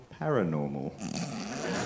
paranormal